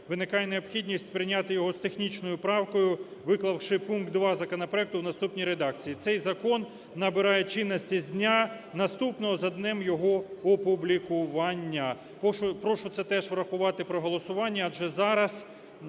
виникає необхідність прийняти його з технічною правкою, виклавши пункт 2 законопроекту в наступній редакції: "Цей закон набирає чинності з дня, наступного за днем його опублікування". Прошу це теж врахувати при голосуванні, адже зараз